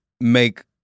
make